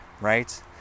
right